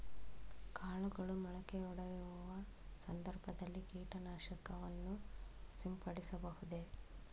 ಕಾಳುಗಳು ಮೊಳಕೆಯೊಡೆಯುವ ಸಂದರ್ಭದಲ್ಲಿ ಕೀಟನಾಶಕವನ್ನು ಸಿಂಪಡಿಸಬಹುದೇ?